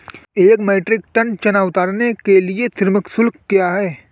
एक metric ton चना उतारने के लिए श्रम शुल्क क्या है?